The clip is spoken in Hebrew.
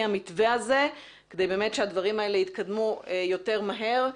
המתווה הזה כדי שהדברים יתקדמו יותר מהר.